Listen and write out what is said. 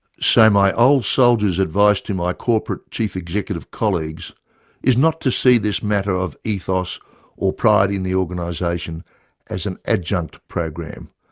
my old soldier's advice to my corporate chief executive colleagues is not to see this matter of ethos or pride in the organisation as an adjunct program,